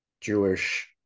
jewish